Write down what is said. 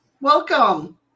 Welcome